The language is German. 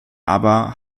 aber